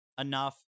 enough